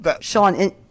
Sean